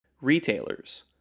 Retailers